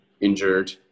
injured